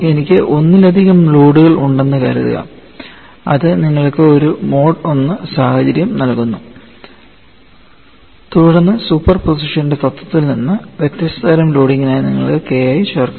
എനിക്ക് ഒന്നിലധികം ലോഡുകൾ ഉണ്ടെന്ന് കരുതുക അത് നിങ്ങൾക്ക് ഒരു മോഡ് I സാഹചര്യം നൽകുന്നു തുടർന്ന് സൂപ്പർപോസിഷന്റെ തത്ത്വത്തിൽ നിന്ന് വ്യത്യസ്ത തരം ലോഡിംഗിനായി നിങ്ങൾക്ക് K I ചേർക്കാം